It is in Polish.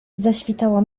zaświtała